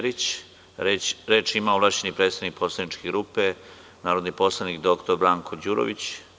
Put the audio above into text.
Reč ima ovlašćeni predstavnik poslaničke grupe, narodni poslanik dr Branko Đurović.